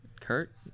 Kurt